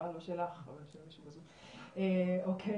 תודה,